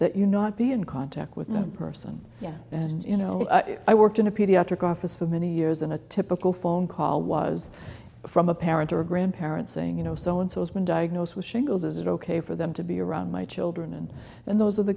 that you know not be in contact with the person and you know i worked in a pediatric office for many years and a typical phone call was from a parent or grandparent saying you know so and so has been diagnosed with shingles is it ok for them to be around my children and and those are the